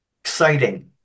exciting